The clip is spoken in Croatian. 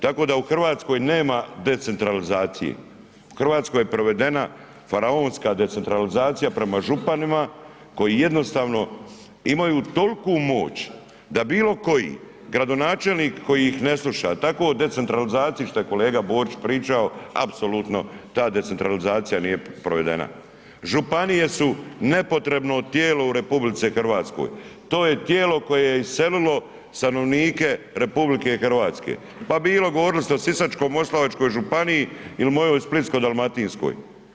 Tako da u Hrvatskoj nema decentralizacije, u Hrvatskoj je provedena faraonska decentralizacija prema županima koji jednostavno imaju toliko moć da bilokoji gradonačelnik koji ih ne sluša, tako decentralizaciju šta je kolega Borić pričao, apsolutno ta decentralizacija nije provedena, županije su nepotrebno tijelo u RH, to je tijelo koje je iselilo stanovnike RH pa bilo govorili ste o Sisačko-moslavačkoj županiji ili mojoj Splitsko-dalmatinskoj.